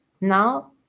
now